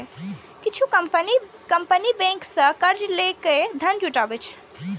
किछु company bank सं कर्ज लए के धन जुटाबै छै